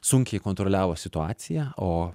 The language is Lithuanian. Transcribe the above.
sunkiai kontroliavo situaciją o